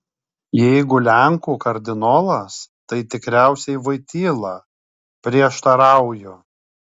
jeigu lenkų kardinolas tai tikriausiai voityla prieštarauju